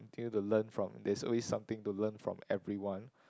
continue to learn from there's always something to learn from everyone